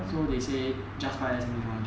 so they say just buy S&P five hundred